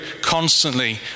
constantly